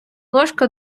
ложка